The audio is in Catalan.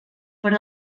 per